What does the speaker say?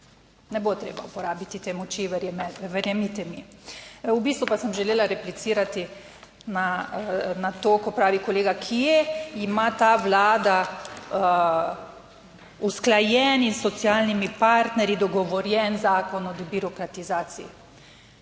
Ne bo treba uporabiti te moči, verjemite mi. V bistvu pa sem želela replicirati na to, ko pravi kolega, kje ima ta Vlada usklajen in s socialnimi partnerji dogovorjen zakon o debirokratizaciji.